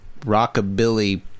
rockabilly